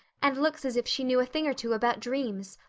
and looks as if she knew a thing or two about dreams.